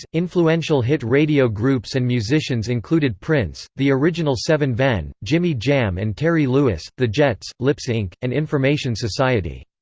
ah influential hit radio groups and musicians included prince, the original seven ven, jimmy jam and terry lewis, the jets, lipps inc, and information society.